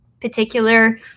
particular